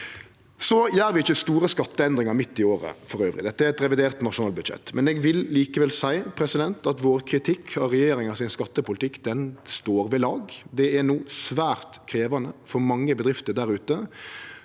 Vi gjer ikkje store skatteendringar midt i året. Dette er eit revidert nasjonalbudsjett. Eg vil likevel seie at vår kritikk av regjeringa sin skattepolitikk står ved lag. Det er no svært krevjande for mange bedrifter der ute.